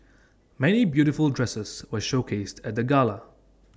many beautiful dresses were showcased at the gala